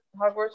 Hogwarts